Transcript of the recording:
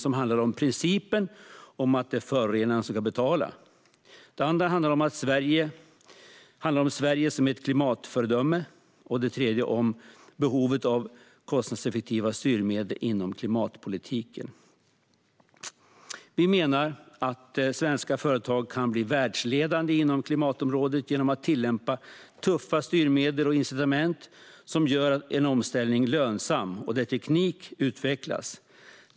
En handlar om principen om att förorenaren betalar. En handlar om Sverige som ett klimatföredöme, och en handlar om behovet av kostnadseffektiva styrmedel inom klimatpolitiken. Vi menar att svenska företag kan bli världsledande inom klimatområdet genom att tillämpa tuffa styrmedel och incitament som gör en omställning lönsam och där teknik utvecklas.